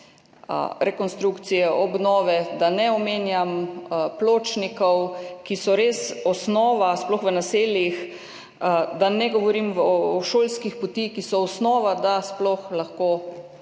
rekonstrukcijo, obnove, da ne omenjam pločnikov, ki so res osnova, sploh v naseljih, da ne govorim o šolskih poti, ki so osnova, da se sploh lahko